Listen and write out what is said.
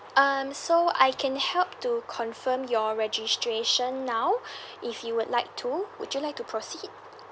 um so I can help to confirm your registration now if you would like to would you like to proceed